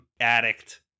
addict